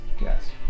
Yes